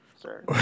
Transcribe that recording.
sir